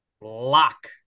lock